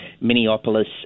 Minneapolis